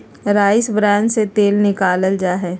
rice bran से तेल निकाल्ल जाहई